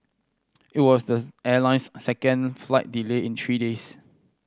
it was the airline's second flight delay in three days